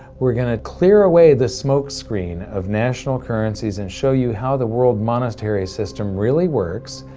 we're going to clear away the smokescreen of national currencies and show you how the world monetary system really works,